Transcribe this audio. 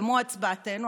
במו הצבעתנו,